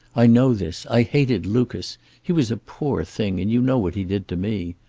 i know this. i hated lucas he was a poor thing and you know what he did to me.